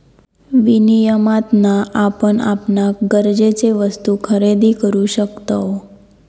विनियमातना आपण आपणाक गरजेचे वस्तु खरेदी करु शकतव